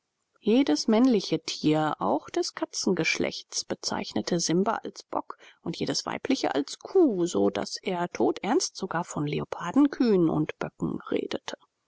jedes männliche tier auch des katzengeschlechts bezeichnete simba als bock und jedes weibliche als kuh so daß er toternst sogar von leopardenkühen und böcken redete